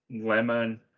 Lemon